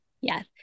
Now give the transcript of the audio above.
Yes